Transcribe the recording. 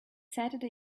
saturday